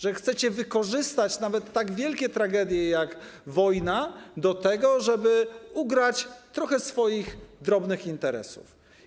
Że chcecie wykorzystać nawet tak wielkie tragedie jak wojna do tego, żeby ugrać trochę swoich drobnych interesów.